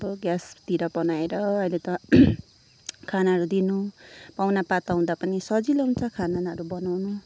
अब ग्यासतिर बनाएर अहिले त खानाहरू दिनु पाहुना पात आउँदा पनि सजिलो हुन्छ खानाहरू बनाउनु